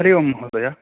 हरि ओम् महोदय